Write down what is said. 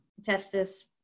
justice